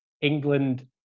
England